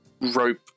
rope